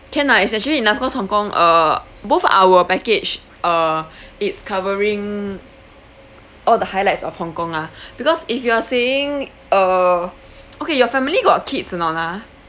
can lah it's actually enough cause Hong-Kong uh both of our package uh it's covering all the highlights of Hong-Kong ah because if you are seeing uh okay your family got kids or not ha